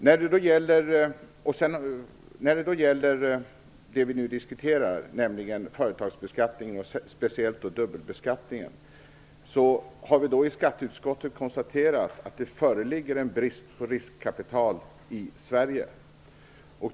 När det gäller det vi nu diskuterar, nämligen företagsbeskattningen och speciellt dubbelbeskattningen, har vi i skatteutskottet konstaterat att det föreligger en brist på riskkapital i Sverige.